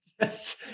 Yes